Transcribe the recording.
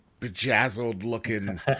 bejazzled-looking